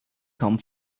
kaum